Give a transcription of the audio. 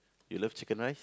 you love chicken rice